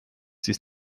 dies